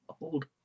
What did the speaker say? old